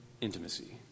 Intimacy